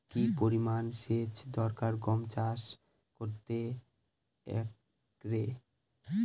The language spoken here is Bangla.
কি পরিমান সেচ দরকার গম চাষ করতে একরে?